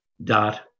dot